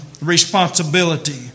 responsibility